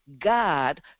God